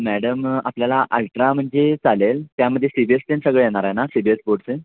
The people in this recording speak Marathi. मॅडम आपल्याला अल्ट्रा म्हणजे चालेल त्यामध्येे सी बी एस ते आणि सगळं येणार आहे ना सी बी एस स्पोर्टस